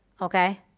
Okay